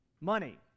money